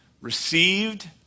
received